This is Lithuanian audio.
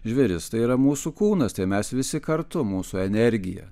žvėris tai yra mūsų kūnas tai mes visi kartu mūsų energija